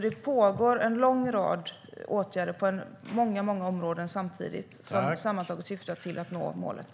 Det pågår en lång rad åtgärder samtidigt på många områden som sammantaget syftar till att nå målet.